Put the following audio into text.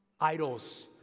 idols